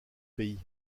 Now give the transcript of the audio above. pays